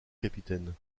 capitaine